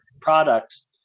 products